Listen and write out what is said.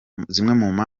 zituma